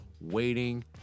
waiting